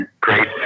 great